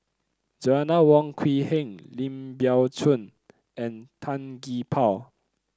Joanna Wong Quee Heng Lim Biow Chuan and Tan Gee Paw